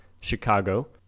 Chicago